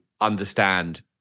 understand